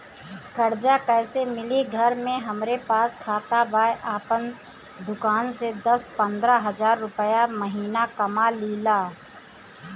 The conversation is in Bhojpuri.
कर्जा कैसे मिली घर में हमरे पास खाता बा आपन दुकानसे दस पंद्रह हज़ार रुपया महीना कमा लीला?